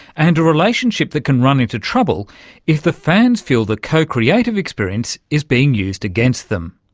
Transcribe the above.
and a relationship that can run into trouble if the fans feel the co-creative experience is being used against them.